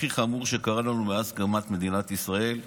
הכי חמור שקרה לנו מאז הקמת מדינת ישראל,